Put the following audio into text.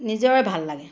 নিজৰে ভাল লাগে